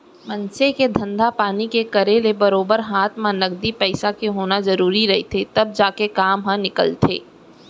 मनसे के धंधा पानी के करे ले बरोबर हात म नगदी पइसा के होना जरुरी रहिथे तब जाके काम ह निकलथे